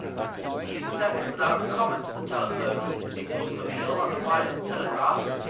we accept without comment the telephone, the automobile, and the wireless telegraph,